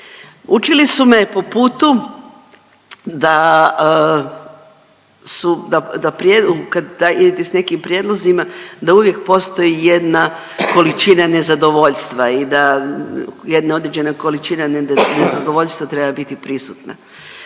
Učili su me po putu da su, da kad idete s nekim prijedlozima da uvijek postoji jedna količina nezadovoljstva i da jedna određena količina nezadovoljstva treba biti prisutna.